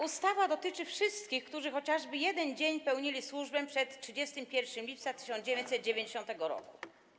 Ustawa dotyczy wszystkich, którzy chociażby jeden dzień pełnili służbę przed 31 lipca 1990 r.